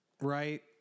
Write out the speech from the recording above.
right